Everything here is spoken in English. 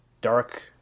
dark